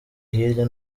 hirya